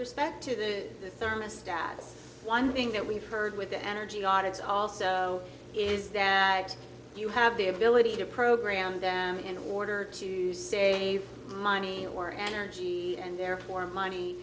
respect to the thermostat the one thing that we've heard with the energy audits also is that you have the ability to program them in order to save money or energy and therefore money